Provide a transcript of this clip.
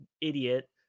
idiot